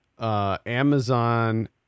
Amazon